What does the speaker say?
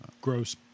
gross